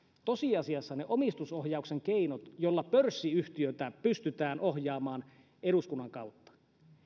tosiasiassa ne omistusohjauksen keinot joilla pörssiyhtiötä pystytään ohjaamaan eduskunnan kautta